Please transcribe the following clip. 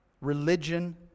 religion